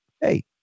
hey